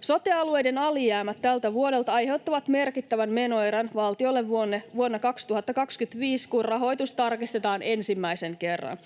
Sotealueiden alijäämät tältä vuodelta aiheuttavat merkittävän menoerän valtiolle vuonna 2025, kun rahoitus tarkistetaan ensimmäisen kerran.